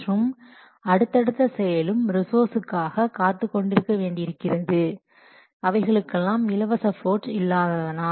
மற்றும் அடுத்த அடுத்த செயலும் ரிசோர்ஸ்காக காத்துக் கொண்டிருக்க வேண்டியிருக்கிறது அவைகளுக்கெல்லாம் இலவச பிளோட் இல்லாததனால்